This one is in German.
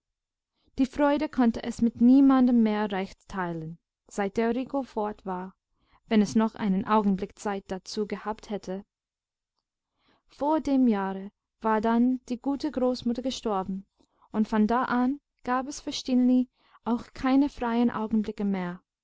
die freude konnte es mit niemandem mehr recht teilen seit der rico fort war wenn es noch einen augenblick zeit dazu gehabt hätte vor dem jahre war dann die gute großmutter gestorben und von da an gab es für stineli auch keine freien augenblicke mehr